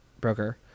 broker